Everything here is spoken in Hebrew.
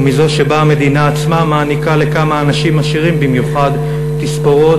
ומזו שבה המדינה עצמה מעניקה לכמה אנשים עשירים במיוחד תספורות,